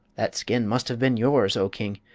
that skin must have been yours, oh king,